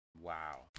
Wow